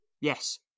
yes